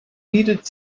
needed